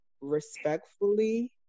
respectfully